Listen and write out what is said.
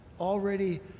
already